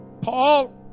Paul